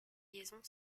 liaison